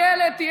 אילת,